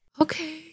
Okay